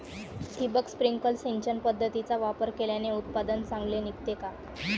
ठिबक, स्प्रिंकल सिंचन पद्धतीचा वापर केल्याने उत्पादन चांगले निघते का?